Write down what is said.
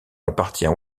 appartient